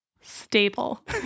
Stable